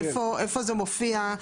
איפה זה מופיע?